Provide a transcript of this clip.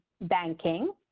banking